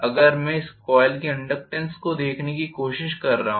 अगर मैं इस कोइल के इनडक्टेन्स को देखने की कोशिश कर रहा हूं